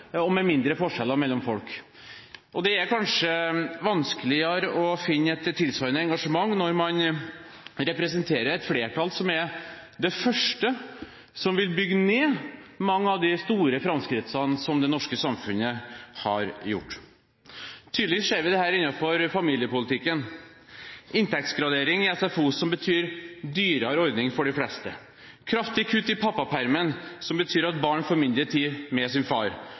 og med mindre forskjeller mellom folk. Det er kanskje vanskeligere å finne et tilsvarende engasjement når man representerer et flertall som er det første som vil bygge ned mange av de store framskrittene som det norske samfunnet har gjort. Tydelig ser vi dette innenfor familiepolitikken – inntektsgradering i SFO, som betyr dyrere ordning for de fleste, kraftig kutt i pappapermen, som betyr at barn får mindre tid med sin far,